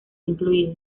incluido